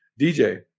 DJ